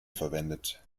verwendet